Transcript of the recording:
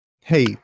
Hey